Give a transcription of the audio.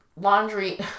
laundry